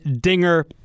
dinger